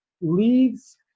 leaves